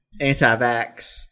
Anti-vax